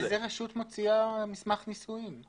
איזה רשות מוציאה מסמך נישואים?